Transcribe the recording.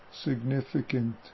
significant